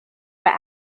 were